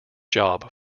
job